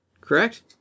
correct